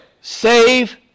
save